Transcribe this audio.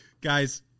guys